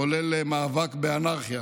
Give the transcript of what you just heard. כולל מאבק באנרכיה.